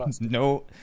no